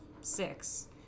six